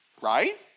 right